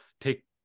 take